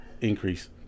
increase